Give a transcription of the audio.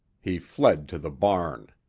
he fled to the barn.